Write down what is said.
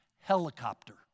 Helicopter